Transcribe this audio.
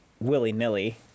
willy-nilly